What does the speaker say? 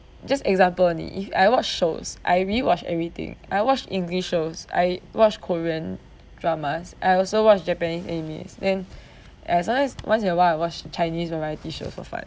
just example only if I watch shows I really watch everything I watch english shows I watch korean dramas I also watch japanese anime then as I once in a while watch chinese variety shows for fun